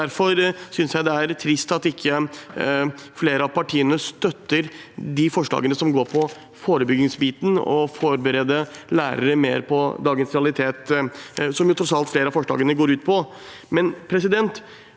Derfor synes jeg det er trist at ikke flere av partiene støtter de forslagene som dreier seg om forebyggingsdelen og på å forberede lærere mer på dagens realiteter, som tross alt flere av forslagene går ut på. Når vi